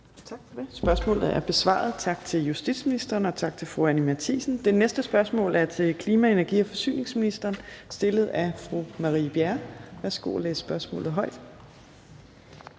Tak for det. Spørgsmålet er besvaret. Tak til justitsministeren og tak til fru Anni Matthiesen. Det næste spørgsmål er til klima-, energi- og forsyningsministeren stillet af fru Marie Bjerre. Kl. 15:32 Spm. nr.